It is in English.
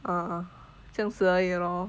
ah 这样样子而已 lor